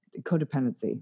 codependency